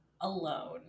alone